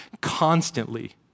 constantly